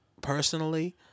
personally